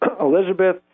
Elizabeth